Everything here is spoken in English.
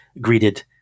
greeted